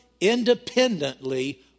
independently